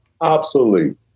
obsolete